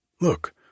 Look